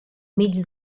mig